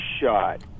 shot